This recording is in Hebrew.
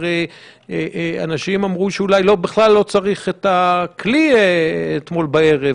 הרי אנשים אמרו שאולי בכלל לא צריך את הכלי אתמול בערב,